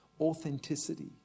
authenticity